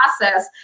process